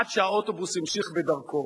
עד שהאוטובוס המשיך בדרכו.